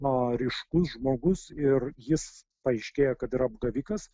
na ryškus žmogus ir jis paaiškėja kad yra apgavikas